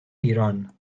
ایران